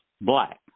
black